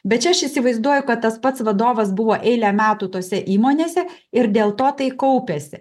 bet čia aš įsivaizduoju kad tas pats vadovas buvo eilę metų tose įmonėse ir dėl to tai kaupėsi